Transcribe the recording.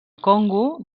congo